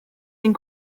ein